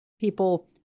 people